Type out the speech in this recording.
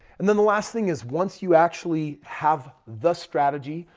and then the last thing is once you actually have the strategy,